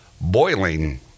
Boiling